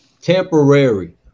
Temporary